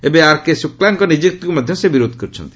ଏବେ ଆରକେ ଶୁଳ୍କାଙ୍କ ନିଯୁକ୍ତିଙ୍କୁ ମଧ୍ୟ ବିରୋଧ କରୁଛନ୍ତି